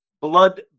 blood